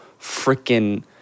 freaking